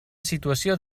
situació